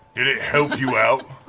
it it help you out?